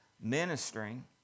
ministering